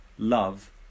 love